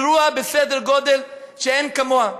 אירוע בסדר גודל שאין כמוהו.